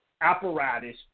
apparatus